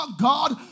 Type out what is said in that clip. God